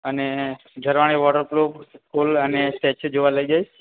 અને Zarwani water flow pool અને statue જોવા લઈ જઈશ